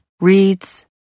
reads